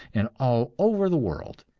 and all over the world.